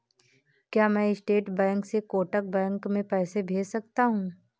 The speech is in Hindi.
क्या मैं स्टेट बैंक से कोटक बैंक में पैसे भेज सकता हूँ?